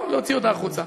או להוציא אותה החוצה.